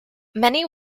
many